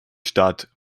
stadt